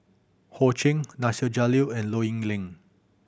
Ho Ching Nasir Jalil and Low Yen Ling